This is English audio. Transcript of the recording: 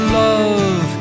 love